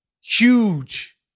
Huge